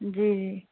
जी जी